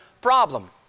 problem